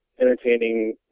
entertaining